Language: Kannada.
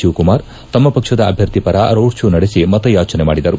ಶಿವಕುಮಾರ್ ತಮ್ನ ಪಕ್ಷದ ಅಭ್ಯರ್ಥಿಪರ ರೋಡ್ ಕೋ ನಡೆಸಿ ಮತಯಾಚನೆ ಮಾಡಿದರು